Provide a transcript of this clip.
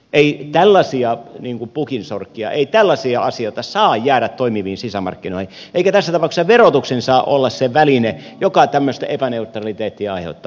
ei tällaisia pukinsorkkia ei tällaisia asioita saa jäädä toimiviin sisämarkkinoihin eikä tässä tapauksessa verotus saa olla se väline joka tämmöistä epäneutraliteettia aiheuttaa